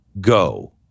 go